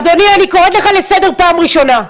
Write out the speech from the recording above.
אדוני, אני קוראת לך לסדר פעם ראשונה.